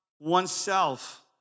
oneself